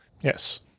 Yes